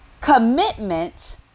commitment